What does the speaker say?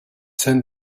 sent